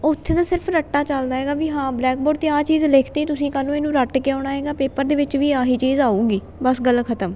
ਉੱਥੇ ਤਾਂ ਸਿਰਫ ਰੱਟਾ ਚੱਲਦਾ ਹੈਗਾ ਵੀ ਹਾਂ ਬਲੈਕਬੋਰਡ 'ਤੇ ਆਹ ਚੀਜ਼ ਲਿਖਤੀ ਤੁਸੀਂ ਕੱਲ੍ਹ ਨੂੰ ਇਹਨੂੰ ਰੱਟ ਕੇ ਆਉਣਾ ਹੈਗਾ ਪੇਪਰ ਦੇ ਵਿੱਚ ਵੀ ਆਹੀ ਚੀਜ਼ ਆਉਗੀ ਬਸ ਗੱਲ ਖਤਮ